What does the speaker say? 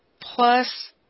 plus